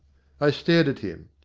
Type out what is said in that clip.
i stared at him.